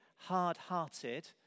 hard-hearted